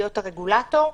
להיות הרגולטור.